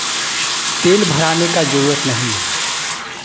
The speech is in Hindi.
तेल भराने का ज़रूरत नहीं है